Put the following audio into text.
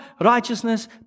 righteousness